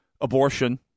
abortion